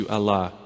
Allah